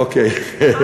אוקיי.